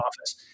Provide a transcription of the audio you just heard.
office